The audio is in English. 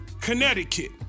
Connecticut